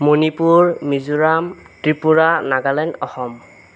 Manipur Mizoram Tripura Nagaland Assam